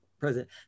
president